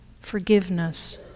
forgiveness